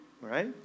right